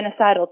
genocidal